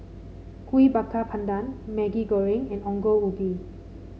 Kuih Bakar Pandan Maggi Goreng and Ongol Ubi